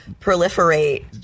proliferate